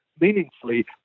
meaningfully